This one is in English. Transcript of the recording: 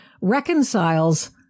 Reconciles